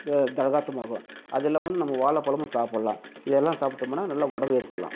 க திடகாத்தமாகும் அதுவும் இல்லாமல் நம்ம வாழைப்பழமும் சாப்புடல்லாம் இதெல்லாம் சாப்பிட்டோமுன்னா நல்லா உடம்பு ஏற்றிக்கிலாம்